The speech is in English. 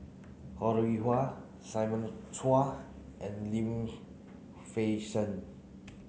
Ho Rih Hwa Simon Chua and Lim Fei Shen